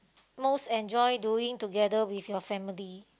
most enjoy doing together with your family